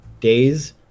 days